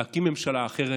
להקים ממשלה אחרת,